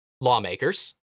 lawmakers